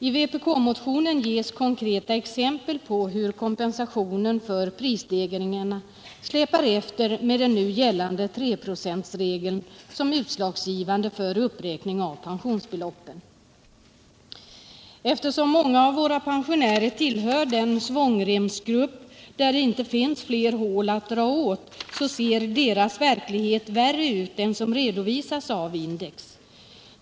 I vpbk-motionen ges konkreta exempel på hur kompensationen för prisstegringarna släpar efter med den nu gällande 3-procentsregeln som utslagsgivande för uppräkning av pensionsbeloppen. Eftersom många av våra pensionärer tillhör den svångremsgrupp där det inte finns fler hål att dra åt, så ser deras verklighet värre ut än som redovisas av index.